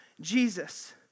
Jesus